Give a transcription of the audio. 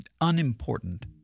unimportant